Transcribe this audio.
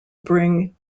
bring